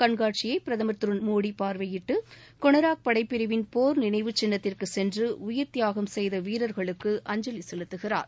கண்காட்சியை பிரதமர் திரு மோடி பார்வையிட்டு கொனாரக் படைப்பிரிவின் போர்நினைவுச் சின்னத்திற்கு சென்று உயிரத்தியாகம் செய்த வீரர்களுக்கு அஞ்சவி செலுத்துகிறார்